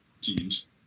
teams